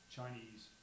Chinese